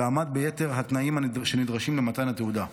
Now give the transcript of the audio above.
ועמד ביתר התנאים שנדרשים למתן התעודה.